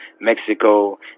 Mexico